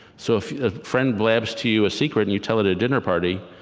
so if a friend blabs to you a secret and you tell it at a dinner party,